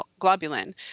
globulin